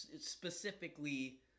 specifically